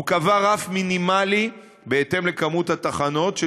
הוא קבע רף מינימלי בהתאם לכמות התחנות,